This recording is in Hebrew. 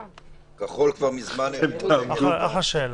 אתם תעמדו --- כחול כבר מזמן הרימו דגל לבן.